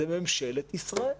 זה ממשלת ישראל.